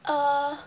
uh